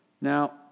Now